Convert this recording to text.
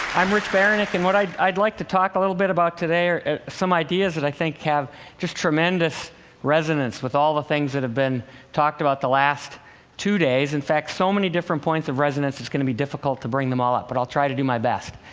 i'm rich baraniuk and what i'd i'd like to talk a little bit about today are some ideas that i think have just tremendous resonance with all the things that have been talked about the last two days. and so many different points of resonance that it's going to be difficult to bring them all up, but i'll try to do my best.